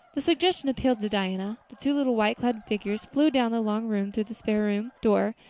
the suggestion appealed to diana. the two little white-clad figures flew down the long room, through the spare-room door,